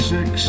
Six